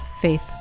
faith